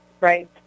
Right